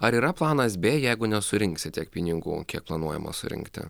ar yra planas bė jeigu nesurinksit tiek pinigų kiek planuojama surinkti